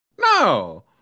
No